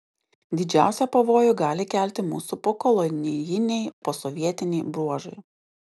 didžiausią pavojų gali kelti mūsų pokolonijiniai posovietiniai bruožai